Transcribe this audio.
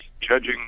judging